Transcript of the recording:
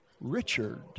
Richard